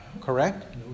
Correct